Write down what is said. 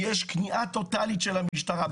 יש כניעה טוטאלית של המשטרה.